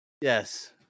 Yes